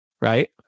right